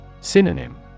Synonym